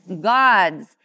gods